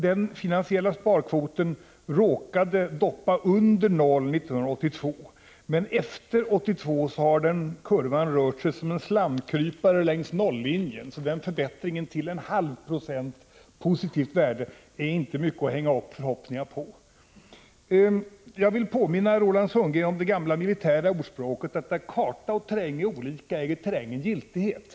Den finansiella sparkvoten råkade doppa under noll 1982, och efter 1982 har kurvan rört sig som en slamkrypare längs nollinjen, så förbättringen till en halv procents positivt värde är inte mycket att hänga upp förhoppningar på. Jag vill påminna Roland Sundgren om det gamla militära ordspråket att när karta och terräng är olika, äger terrängen giltighet.